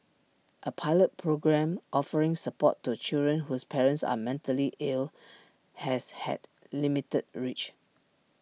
A pilot programme offering support to children whose parents are mentally ill has had limited reach